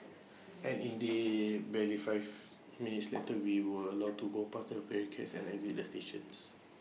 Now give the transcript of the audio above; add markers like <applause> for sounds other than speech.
<noise> and indeed barely five minutes later we were allowed to go past the barricades and exit the stations